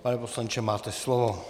Pane poslanče, máte slovo.